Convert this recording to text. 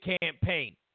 campaign